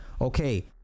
okay